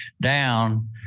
down